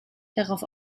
darauf